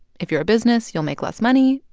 if you're a business, you'll make less money.